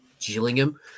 Gillingham